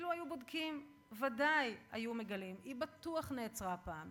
אילו היו בודקים ודאי היו מגלים: היא בטוח נעצרה פעם,